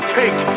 take